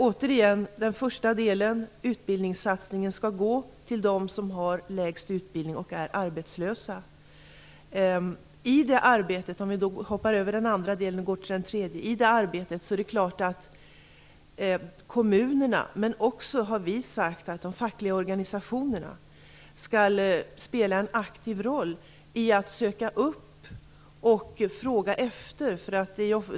Återigen den första delen - utbildningssatsningen skall gå till dem som har lägst utbildning och är arbetslösa. Om vi hoppar över den andra delen och går till den tredje vill jag säga att det är klart att kommunerna, men också de fackliga organisationerna har vi sagt, skall spela en aktiv roll i arbetet med att söka upp dessa människor.